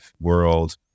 world